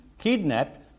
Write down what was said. kidnapped